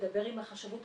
לדבר עם החשבות,